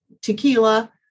tequila